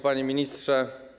Panie Ministrze!